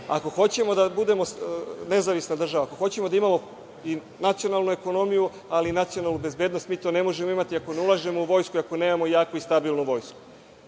ako hoćemo da budemo nezavisna država, ako hoćemo da imamo nacionalnu ekonomiju i nacionalnu bezbednost, mi to ne možemo imati ako ne ulažemo u vojsku, ako nemamo jaku i stabilnu vojsku.